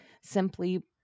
simply